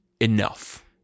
enough